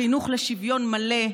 חינוך לשוויון מלא,